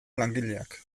langileak